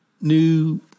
new